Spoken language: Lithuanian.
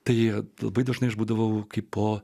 tai labai dažnai aš būdavau kaip po